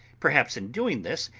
perhaps, in doing this,